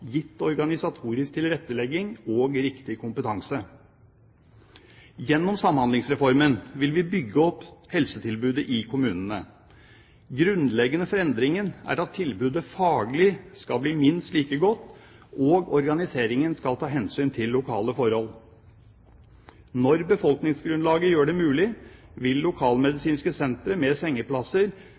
gitt organisatorisk tilrettelegging og riktig kompetanse. Gjennom Samhandlingsreformen vil vi bygge opp helsetilbudet i kommunene. Grunnleggende for endringen er at tilbudet faglig skal bli minst like godt, og organiseringen skal ta hensyn til lokale forhold. Når befolkningsgrunnlaget gjør det mulig, vil lokalmedisinske sentre med sengeplasser